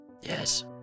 Yes